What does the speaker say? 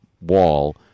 wall